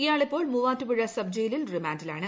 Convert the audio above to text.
ഇയാൾ ഇപ്പോൾ മൂവാറ്റുപുഴ സബ്ജയിലിൽ റിമാന്റിലാണ്